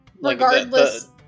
Regardless